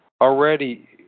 Already